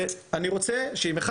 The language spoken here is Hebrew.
ואני רוצה שאם אחד